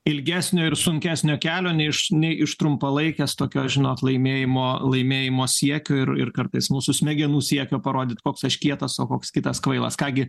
ilgesnio ir sunkesnio kelio ne iš ne iš trumpalaikės tokios žinot laimėjimo laimėjimo siekio ir ir kartais mūsų smegenų siekio parodyti koks aš kietas o koks kitas kvailas ką gi